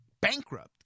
bankrupt